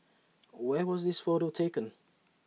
where was this photo taken